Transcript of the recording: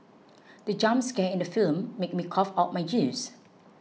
the jump scare in the film made me cough out my juice